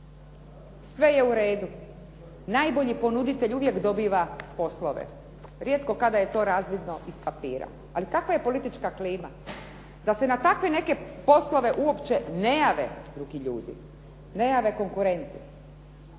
sve je u redu, najbolji ponuditelj uvijek dobiva poslove. Rijetko kada je to razvidno iz papira. Ali kakva je politička klima? Da se na takve neke poslove uopće ne jave drugi ljudi, ne jave konkurenti.